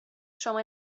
شما